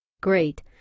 Great